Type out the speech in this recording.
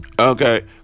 Okay